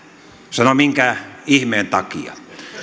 sanon että minkä ihmeen takia